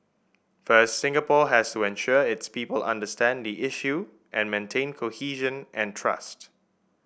first Singapore has to ensure its people understand the issue and maintain cohesion and trust